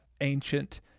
ancient